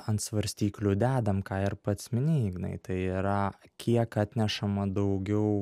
ant svarstyklių dedam ką ir pats minėjai ignai tai yra kiek atnešama daugiau